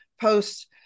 post